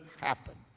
happen